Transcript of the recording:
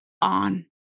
on